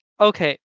Okay